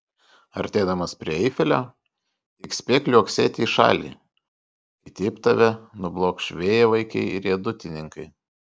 artėdamas prie eifelio tik spėk liuoksėti į šalį kitaip tave nublokš vėjavaikiai riedutininkai